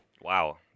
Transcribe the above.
Wow